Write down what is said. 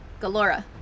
galora